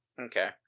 Okay